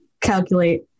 calculate